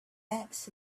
ants